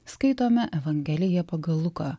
skaitome evangeliją pagal luką